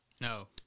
No